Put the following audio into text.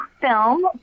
film